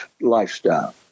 lifestyle